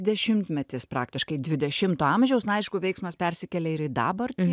dešimtmetis praktiškai dvidešimto amžiaus na aišku veiksmas persikėlė ir į dabartį